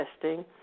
testing